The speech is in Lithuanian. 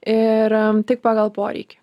ir tik pagal poreikį